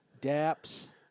daps